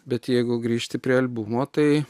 bet jeigu grįžti prie albumo tai